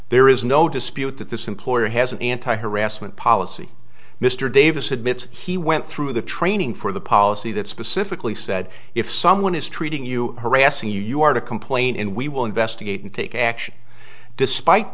there is no dispute that this employer has an anti harassment policy mr davis admits he went through the training for the policy that specifically said if someone is treating you harassing you you are to complain and we will investigate and take action despite